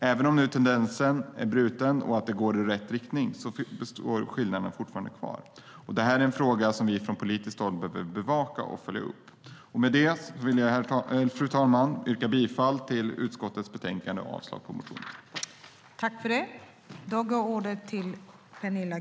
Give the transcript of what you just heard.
Även om tendensen nu är bruten och det går i rätt riktning finns skillnaderna fortfarande kvar. Det här är en fråga som vi från politiskt håll behöver bevaka och följa upp. Med det, fru talman, yrkar jag bifall till förslaget i utskottets betänkande och avslag på motionerna.